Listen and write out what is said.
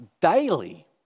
daily